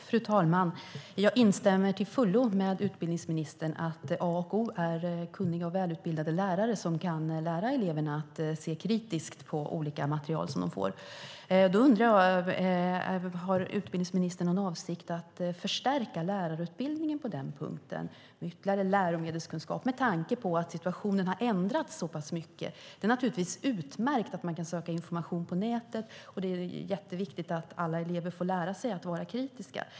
Fru talman! Jag instämmer till fullo med utbildningsministern i att A och O är kunniga och välutbildade lärare som kan lära eleverna att se kritiskt på det material som de får. Jag undrar om utbildningsministern har någon avsikt att förstärka lärarutbildningen på den punkten med ytterligare läromedelskunskap med tanke på att situationen har ändrats så mycket. Det är naturligtvis utmärkt att man kan söka informationen på nätet, och det är jätteviktigt att alla elever får lära sig att vara kritiska.